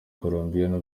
colombia